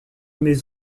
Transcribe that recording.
mes